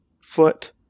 foot